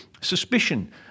suspicion